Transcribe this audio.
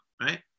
right